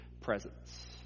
presence